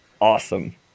awesome